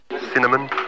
Cinnamon